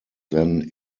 then